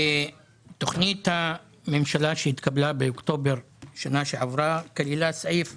תוכנית הממשלה שהתקבלה באוקטובר בשנה שעברה כללה את סעיף 25,